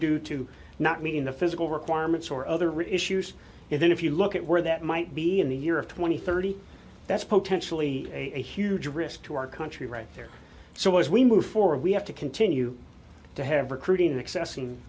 due to not meeting the physical requirements or other issues then if you look at where that might be in the year of twenty thirty that's potentially a huge risk to our country right there so as we move forward we have to continue to have recruiting excessi